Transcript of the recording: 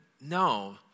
no